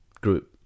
group